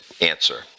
Answer